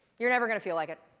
you're never going to feel like it.